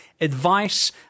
advice